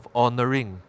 honoring